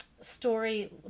story